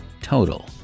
total